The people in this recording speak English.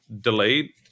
delayed